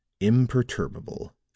imperturbable